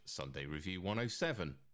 sundayreview107